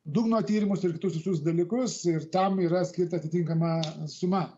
dugno tyrimus ir kitus dalykus ir tam yra skirta atitinkama suma